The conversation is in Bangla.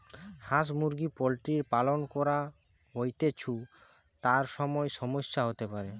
হাঁস মুরগি পোল্ট্রির পালন করা হৈতেছু, তার সময় সমস্যা হতে পারে